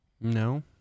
No